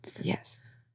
Yes